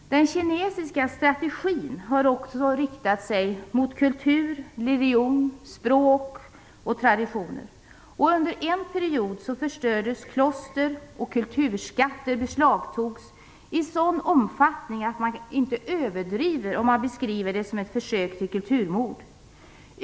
Den kinesiska strategin har också riktat sig mot kultur, religion, språk och traditioner. Under en period förstördes kloster och kulturskatter beslagtogs i sådan omfattning att man inte överdriver om man beskriver det som ett försök till kulturmord.